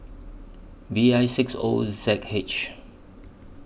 V I six O Z H